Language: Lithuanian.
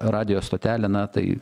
radijo stotelę na tai